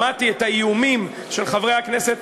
שמעתי את האיומים של חברי הכנסת,